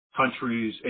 countries